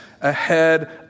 ahead